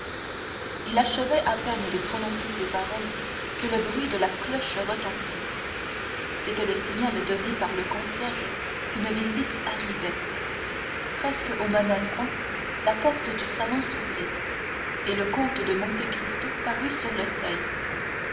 il achevait à peine de prononcer ces paroles que le bruit de la cloche retentit c'était le signal donné par le concierge qu'une visite arrivait presque au même instant la porte du salon s'ouvrit et le comte de monte cristo parut sur le seuil